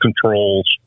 controls